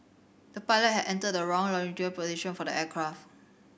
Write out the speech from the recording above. the pilot had entered the wrong longitudinal position for the aircraft